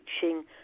teaching